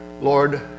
Lord